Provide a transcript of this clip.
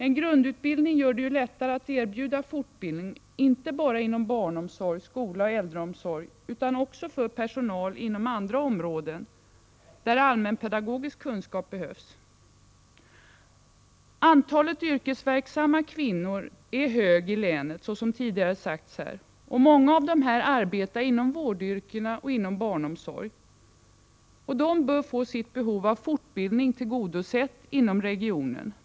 En grundutbildning gör det lättare att erbjuda fortbildning inte bara inom barnomsorg, skola och äldreomsorg utan också för personal inom andra områden, där allmänpedagogisk kunskap behövs. Antalet yrkesverksamma kvinnor är, som tidigare sagts, högt i länet, och många av dessa arbetar inom vårdyrken och barnomsorg. De bör få sitt behov av fortbildning tillgodosett inom regionen.